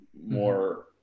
more